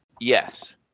Yes